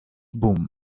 boom